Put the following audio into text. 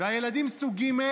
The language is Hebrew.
והילדים סוג ג',